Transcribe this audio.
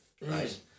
Right